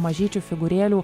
mažyčių figūrėlių